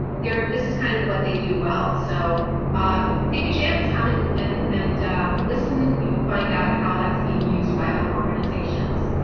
there this is kind of what they do. well, so i take a chance come in in and listen, and you can find out how that's being used by other organizations